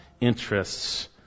interests